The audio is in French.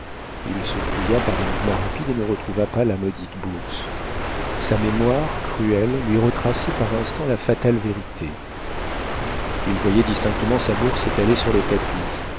il se fouilla par des mouvements rapides et ne retrouva pas la maudite bourse sa mémoire cruelle lui retraçait par instants la fatale vérité il voyait distinctement sa bourse étalée sur le tapis